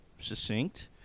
succinct